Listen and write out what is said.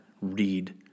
read